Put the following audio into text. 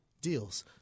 deals